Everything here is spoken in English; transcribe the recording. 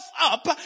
up